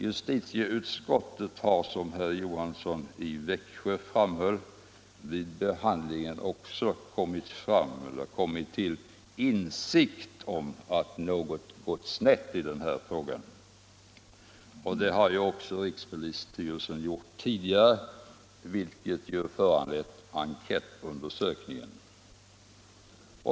Justitieutskottet har, som herr Johansson i Växjö framhöll, vid behandlingen av motionerna också kommit till insikt om att något gått snett i denna fråga. Det har också tidigare rikspolisstyrelsen gjort, vilket föranlett en enkätundersökning.